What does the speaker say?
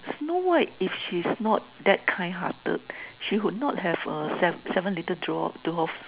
Snow White if she's not that kind hearted she would not have a seven seven little draw~ dwarf